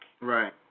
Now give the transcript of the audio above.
Right